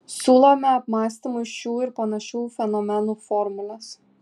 siūlome apmąstymui šių ir panašių fenomenų formules